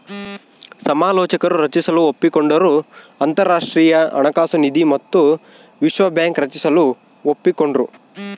ಸಮಾಲೋಚಕರು ರಚಿಸಲು ಒಪ್ಪಿಕೊಂಡರು ಅಂತರಾಷ್ಟ್ರೀಯ ಹಣಕಾಸು ನಿಧಿ ಮತ್ತು ವಿಶ್ವ ಬ್ಯಾಂಕ್ ರಚಿಸಲು ಒಪ್ಪಿಕೊಂಡ್ರು